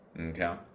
Okay